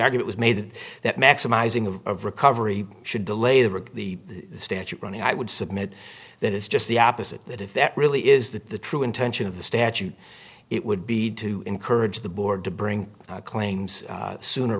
argue it was made that maximizing the recovery should delay the rig the statute running i would submit that is just the opposite that if that really is the true intention of the statute it would be to encourage the board to bring claims sooner